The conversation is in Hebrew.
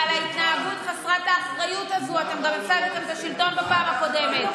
הרי על ההתנהגות חסרת האחריות הזו אתם גם הפסדתם את השלטון בפעם הקודמת,